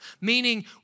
Meaning